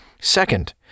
Second